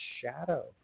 shadow